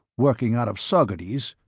working out of saugerties.